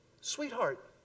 sweetheart